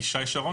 ישי שרון.